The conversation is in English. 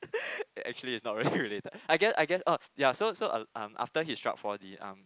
actually it's not very related I guess I guess orh so um after he struck four D um